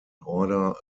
order